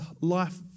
life